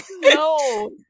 No